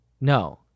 No